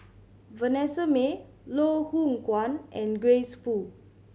Vanessa Mae Loh Hoong Kwan and Grace Fu